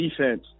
defense